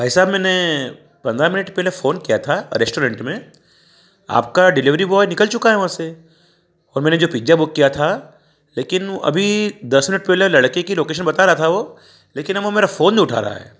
भाई साहब मैंने पंद्रह मिनट पहले फोन किया था रेस्टोरेंट में आपका डिलेवरी बॉय निकल चुका है वहाँ से और मैंने जो पिज्जा बुक किया था लेकिन वो अभी दस मिनट पहले लड़के की लोकेशन बता रहा था वो लेकिन अब वो मेरा फोन नहीं उठा रहा है